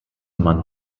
man